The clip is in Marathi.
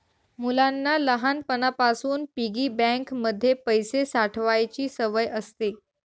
मुलांना लहानपणापासून पिगी बँक मध्ये पैसे साठवायची सवय असते